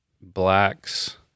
Blacks